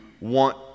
want